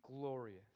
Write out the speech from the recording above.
glorious